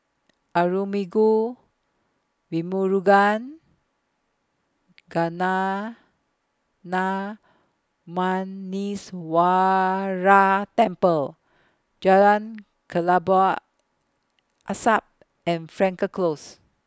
Arulmigu Velmurugan Gnanamuneeswarar Temple Jalan Kelabu Asap and Frankel Close